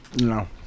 No